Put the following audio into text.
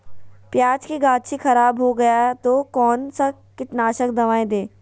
प्याज की गाछी खराब हो गया तो कौन सा कीटनाशक दवाएं दे?